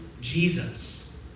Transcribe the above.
Jesus